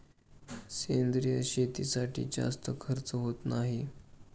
सेंद्रिय शेतीसाठी जास्त खर्च होत नाही